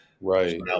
Right